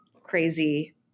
crazy